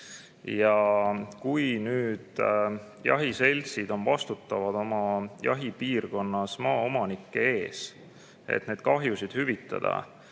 Ja kui nüüd jahiseltsid vastutavad oma jahipiirkonnas maaomanikele nende kahjude hüvitamise